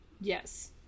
Yes